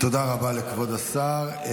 תודה רבה לכבוד השר.